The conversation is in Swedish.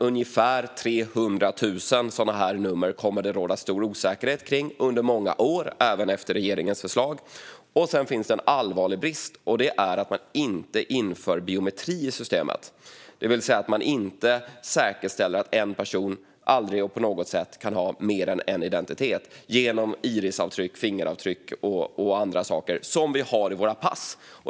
Ungefär 300 000 sådana här nummer kommer det att råda stor osäkerhet kring under många år även efter ett genomförande av regeringens förslag. Det finns också en allvarlig brist, och det är att man inte inför biometri i systemet, det vill säga att man inte säkerställer att en person aldrig på något sätt kan ha mer än en identitet genom irisavtryck, fingeravtryck och andra saker som vi har i våra pass.